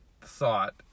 thought